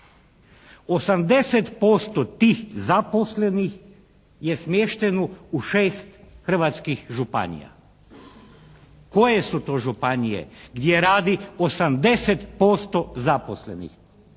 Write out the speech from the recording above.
80% tih zaposlenih je smješteno u 6 hrvatskih županija. Koje su to županije gdje radi 80% zaposlenih?